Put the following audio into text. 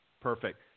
Perfect